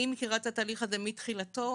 אני מכירה את התהליך הזה מתחילתו.